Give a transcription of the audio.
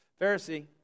Pharisee